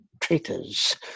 traitors